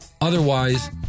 Otherwise